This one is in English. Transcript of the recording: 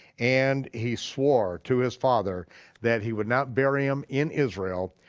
and he swore to his father that he would not bury him in israel,